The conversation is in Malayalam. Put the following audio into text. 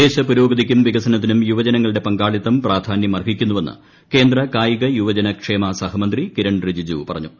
ദേശ പുരോഗതിയ്ക്കും വികസനത്തിനും യുവജനങ്ങളുടെ പങ്കാളിത്തം പ്രാധാന്യം അർഹിക്കുന്നുവെന്ന് കേന്ദ്ര കായിക യുവജന ക്ഷേമ സഹമന്ത്രി കിരൺ റിജിജു പറഞ്ഞു